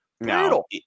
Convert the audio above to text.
Brutal